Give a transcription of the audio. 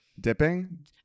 Dipping